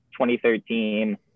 2013